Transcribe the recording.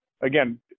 again